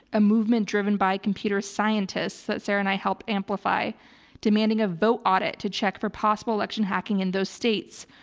a movement driven by computer scientists that sarah and i helped amplify demanding a vote audit to check for possible election hacking in those states,